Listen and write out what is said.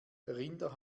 rinder